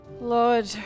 Lord